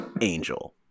Angel